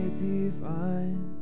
divine